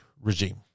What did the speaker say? regime